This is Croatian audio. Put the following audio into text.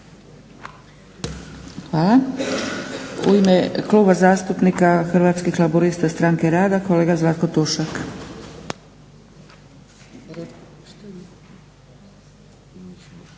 Hvala. U ime Kluba zastupnika Hrvatskih laburista Stranke rada kolega Zlatko Tušak.